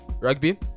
rugby